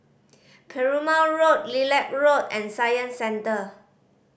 Perumal Road Lilac Road and Science Centre